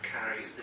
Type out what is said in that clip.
carries